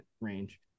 range